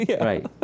Right